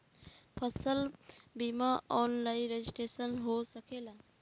फसल बिमा online registration हो सकेला?